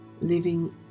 living